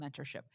mentorship